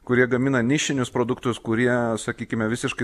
kurie gamina nišinius produktus kurie sakykime visiškai